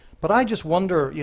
but i just wonder, yeah